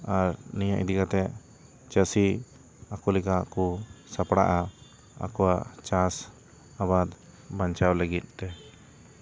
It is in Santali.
ᱟᱨ ᱱᱤᱭᱟᱹ ᱤᱫᱤ ᱠᱟᱛᱮ ᱪᱟᱹᱥᱤ ᱟᱠᱚ ᱞᱮᱠᱟ ᱠᱚ ᱥᱟᱯᱲᱜᱼᱟ ᱟᱠᱚᱣᱟᱜ ᱪᱟᱥ ᱟᱵᱟᱫ ᱵᱟᱧᱪᱟᱣ ᱞᱟᱹᱜᱤᱫ ᱛᱮ